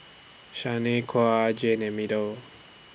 Shanequa Jay and Meadow